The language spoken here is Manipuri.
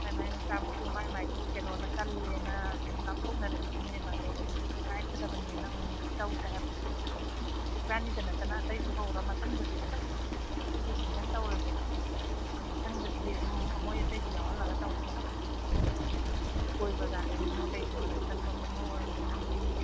ꯃꯥꯏ ꯃꯥꯏ ꯃꯆꯥ ꯃꯁꯨ ꯃꯥꯏ ꯃꯥꯏꯒꯤ ꯀꯩꯅꯣꯅ ꯀꯜꯂꯦꯅ ꯑꯗꯨꯝ ꯂꯥꯞꯊꯣꯛꯅꯔꯛꯏꯁꯤꯅꯦꯕ ꯑꯗꯣ ꯇꯉꯥꯏ ꯐꯗꯕꯅꯦꯅ ꯑꯃꯨꯛ ꯃꯨꯛꯇꯤ ꯇꯧꯁꯦ ꯍꯥꯏꯕ ꯏꯕꯥꯟꯅꯤꯗ ꯅꯠꯇꯅ ꯑꯇꯩꯁꯨ ꯍꯧꯔ ꯃꯊꯪꯗꯗꯤ ꯍꯟꯗꯛꯀꯤꯕꯨꯗꯤ ꯑꯩꯈꯣꯏ ꯇꯧꯔꯁꯦ ꯃꯊꯪꯗꯗꯤ ꯑꯗꯨꯝ ꯃꯣꯏ ꯑꯇꯩꯁꯨ ꯌꯥꯎꯍꯜꯂꯒ ꯇꯧꯁꯦ ꯍꯥꯏꯕ ꯑꯗꯨꯝ ꯀꯣꯏꯕ ꯒꯥꯔꯗꯦꯟꯒꯨꯝꯕ ꯀꯩꯒꯨꯝꯕꯗ ꯆꯠꯄ ꯈꯣꯠꯄ ꯑꯣꯏꯔꯁꯨ ꯑꯃ ꯑꯣꯏꯔꯁꯨ